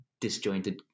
disjointed